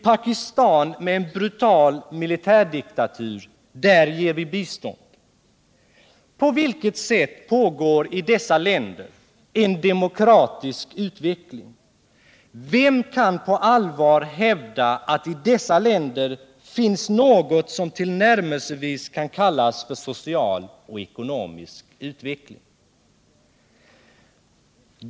Pakistan med en brutal militärdiktatur ger vi bistånd. På vilket sätt pågår i dessa länder en demokratisk utveckling? Vem kan på allvar hävda att i dessa länder finns något som tillnärmelsevis kan kallas för social och ekonomisk utveckling?